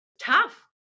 tough